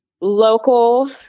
local